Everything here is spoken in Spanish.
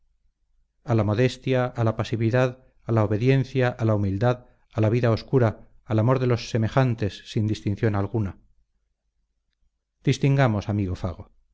a la modestia a la pasividad a la obediencia a la humildad a la vida oscura al amor de los semejantes sin distinción alguna distingamos amigo fago